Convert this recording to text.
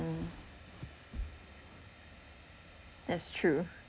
mm that's true